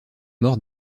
mort